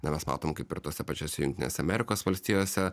na mes matom kaip ir tose pačiose jungtinėse amerikos valstijose